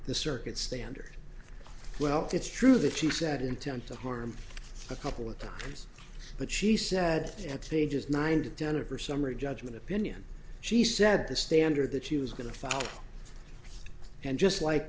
the circuit standard well it's true that she said intent to harm a couple of times but she said at ages nine to ten of her summary judgement opinion she said the standard that she was going to follow and just like